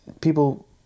People